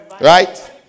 right